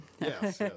Yes